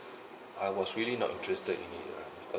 I was really not interested in it lah because